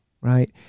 right